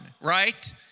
right